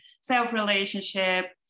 self-relationship